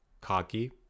cocky